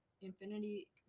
Infinity